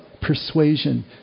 persuasion